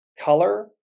Color